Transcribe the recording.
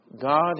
God